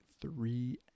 three